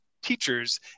teachers